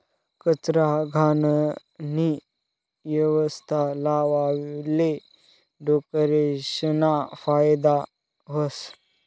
कचरा, घाणनी यवस्था लावाले डुकरेसना फायदा व्हस